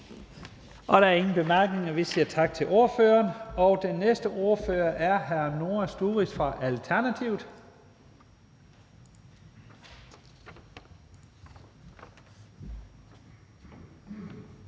Der er ingen korte bemærkninger, og vi siger tak til ordføreren. Den næste ordfører er hr. Noah Sturis fra Alternativet.